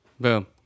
Boom